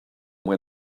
when